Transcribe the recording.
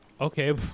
Okay